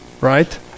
right